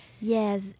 Yes